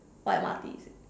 what M_R_T is it